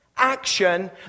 action